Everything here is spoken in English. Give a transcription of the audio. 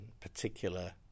particular